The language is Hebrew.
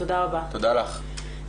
תודה לך.